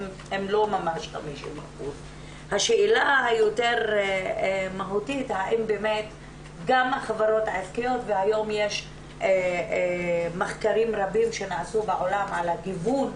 הם לא ממש 50%. היום יש מחקרים רבים שנעשו בעולם על הגיוון.